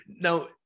Now